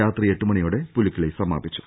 രാത്രി എട്ടുമണിയോടെ പുലിക്കളി സമാപിച്ചു